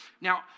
Now